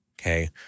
okay